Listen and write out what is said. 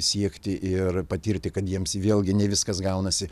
siekti ir patirti kad jiems vėlgi ne viskas gaunasi